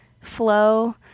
flow